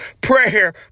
prayer